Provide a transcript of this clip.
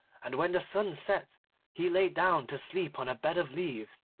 and, when the sun set he lay down to sleep on a bed of leaves,